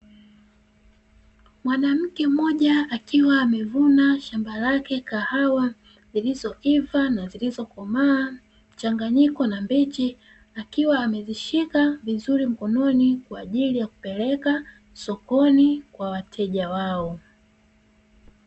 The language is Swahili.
Mwanamke mmoja akiwa amevuna shamba lake, kahawa zilizoiva na zilizokomaa, mchanganyiko na mbichi, akiwa amezishika vizuri mkononi kwa ajili ya kupeleka sokoni kwa wateja wao.